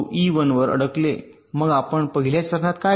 मग आम्ही आपल्या पहिल्या चरणात काय करतो